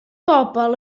bobl